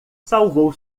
salvou